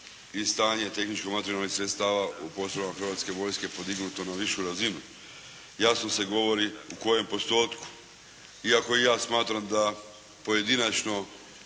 i stanje tehničko-materijalno sredstava u postrojbama Hrvatske vojske podignuto na višu razinu. Jasno se govori u kojem postotku. Iako i ja smatram da pojedinačno